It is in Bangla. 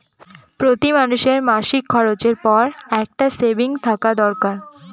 প্রতি মানুষের মাসিক খরচের পর একটা সেভিংস থাকা দরকার